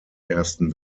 ersten